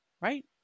right